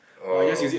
oh